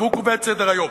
והוא קובע את סדר-היום,